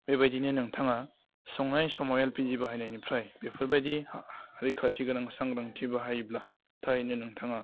बेबायदिनो नोंथाङा संनाय समाव एलपिजि बाहायनायनिफ्राय बेफोरबायदि रैखाथि गोनां सांग्रांथि बाहायोब्ला थारैनो नोंथाङा